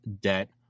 debt